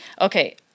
okay